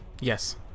Yes